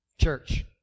church